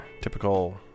typical